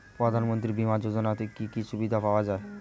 প্রধানমন্ত্রী বিমা যোজনাতে কি কি সুবিধা পাওয়া যায়?